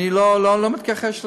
אני לא מתכחש לזה.